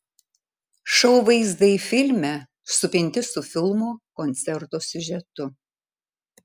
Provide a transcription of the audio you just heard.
šou vaizdai filme supinti su filmo koncerto siužetu